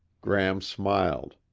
gram smiled.